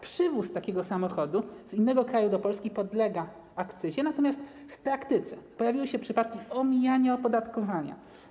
Przywóz takiego samochodu z innego kraju do Polski podlega akcyzie, natomiast w praktyce pojawiły się przypadki omijania opodatkowania.